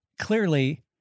clearly